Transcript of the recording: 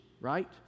right